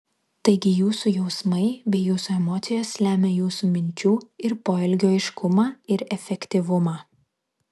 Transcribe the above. taigi jūsų jausmai bei jūsų emocijos lemia jūsų minčių ir poelgių aiškumą ir efektyvumą